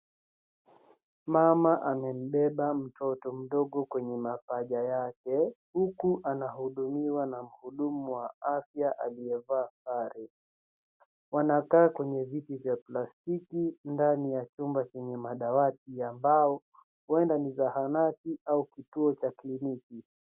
Mama amembeba mtoto mdogo kwenye mapaja yake huku anahudumiwa na mhudumu wa afya aliyevaa sare. Wanakaa kwenye viti vya plastiki ndani ya chumba chenye madawati ya mbao, huenda ni zahanati au kituo cha kliniki.